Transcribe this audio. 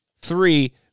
Three